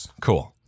cool